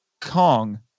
Kong